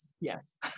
yes